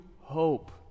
hope